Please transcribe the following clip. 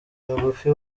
migufi